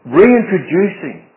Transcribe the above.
reintroducing